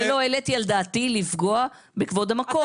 לא העליתי על דעתי לפגוע בכבוד המקום.